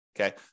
Okay